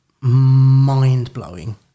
mind-blowing